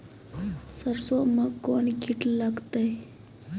सरसों मे कौन कीट लगता हैं?